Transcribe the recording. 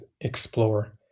explore